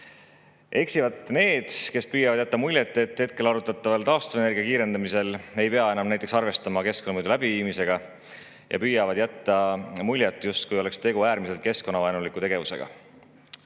Eksivad need, kes püüavad jätta muljet, et hetkel arutataval taastuvenergia [arengu] kiirendamisel ei pea enam näiteks arvestama keskkonnamõju [hindamise] läbiviimisega, ja püüavad jätta muljet, justkui oleks tegu äärmiselt keskkonnavaenuliku tegevusega. Keskkonna-